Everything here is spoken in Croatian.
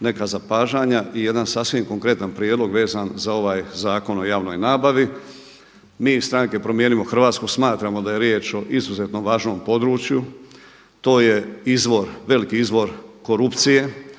neka zapažanja i jedan sasvim konkretan prijedlog vezan za ovaj Zakon o javnoj nabavi. Mi iz stranke Promijenimo Hrvatsku smatramo da je riječ o izuzetno važnom području, to je izvor, veliki izvor korupcije,